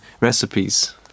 recipes